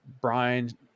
Brian